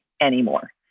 anymore